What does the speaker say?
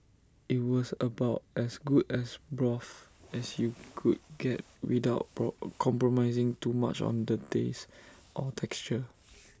IT was about as good as broth as you could get without compromising too much on taste or texture